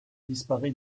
disparaît